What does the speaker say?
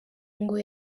ngo